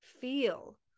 feel